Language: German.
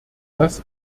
das